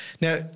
Now